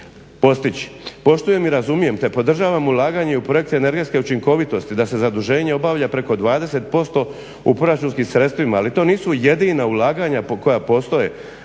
postići. Poštujem i razumijem te podržavam ulaganje u projekte energetske učinkovitosti da se zaduženje obavlja preko 20% u proračunskim sredstvima. Ali to nisu jedina ulaganja koja postoje